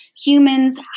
humans